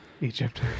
Egypt